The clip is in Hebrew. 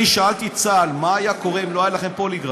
שאלתי את צה"ל: מה היה קורה אם לא היה לכם פוליגרף?